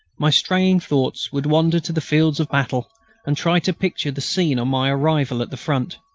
my straying thoughts would wander to the fields of battle and try to picture the scene on my arrival at the front.